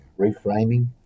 reframing